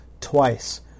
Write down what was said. twice